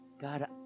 God